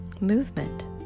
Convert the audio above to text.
movement